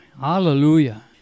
Hallelujah